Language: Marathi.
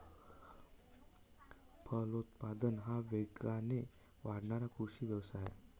फलोत्पादन हा वेगाने वाढणारा कृषी व्यवसाय आहे